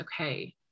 okay